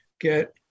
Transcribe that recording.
get